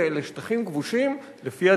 ואלה שטחים כבושים לפי הדין הבין-לאומי.